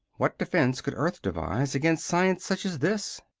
what defense could earth devise against science such as this?